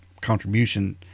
contribution